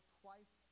twice